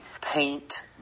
paint